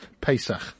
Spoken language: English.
Pesach